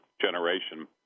generation